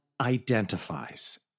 identifies